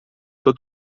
tot